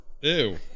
Ew